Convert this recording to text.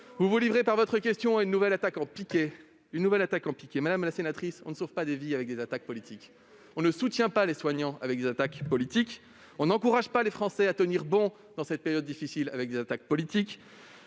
vous vous livrez à une nouvelle attaque en piqué. En fait, vous n'avez rien à dire ! Madame la sénatrice, on ne sauve pas des vies avec des attaques politiques ; on ne soutient pas les soignants avec des attaques politiques ; on n'encourage pas les Français à tenir bon dans cette période difficile avec des attaques politiques.